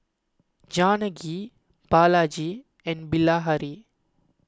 Janaki Balaji and Bilahari